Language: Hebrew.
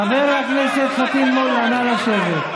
חבר הכנסת פטין מולא, נא לשבת.